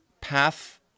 path